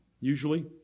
usually